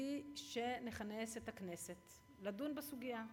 וביקשתי שנכנס את הכנסת לדון בסוגיה.